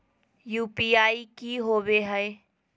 UPI की होवे है?